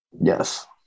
Yes